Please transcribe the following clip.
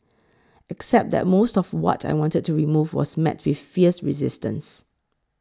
except that most of what I wanted to remove was met with fierce resistance